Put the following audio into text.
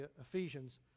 ephesians